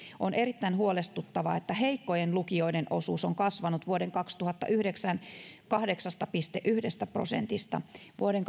on erittäin huolestuttavaa että heikkojen lukijoiden osuus on kasvanut kaksituhattayhdeksän vuoden kahdeksasta pilkku yhdestä prosentista kaksituhattakahdeksantoista vuoden